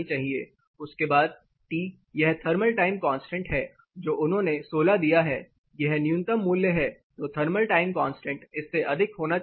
उसके बाद T यह थर्मल टाइम कांस्टेंट है जो उन्होंने 16 दिया है यह न्यूनतम मूल्य है तो थर्मल टाइम कांस्टेंट इससे अधिक होना चाहिए